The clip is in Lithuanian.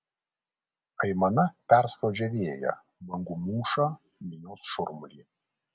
aimana perskrodžia vėją bangų mūšą minios šurmulį